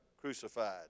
crucified